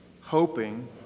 hoping